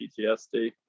PTSD